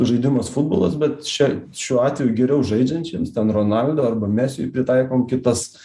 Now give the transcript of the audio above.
žaidimas futbolas bet čia šiuo atveju geriau žaidžiantiems ten ronaldo arba mesiui pritaikom kitas